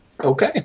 Okay